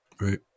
Right